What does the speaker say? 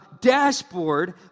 Dashboard